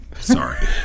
sorry